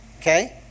Okay